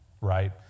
right